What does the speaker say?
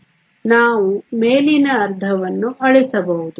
ಆದ್ದರಿಂದ ನಾವು ಮೇಲಿನ ಅರ್ಧವನ್ನು ಅಳಿಸಬಹುದು